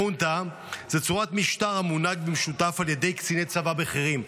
חונטה זה צורת משטר המונהג במשותף על ידי קציני צבא בכירים.